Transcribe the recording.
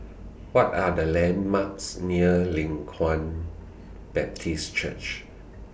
What Are The landmarks near Leng Kwang Baptist Church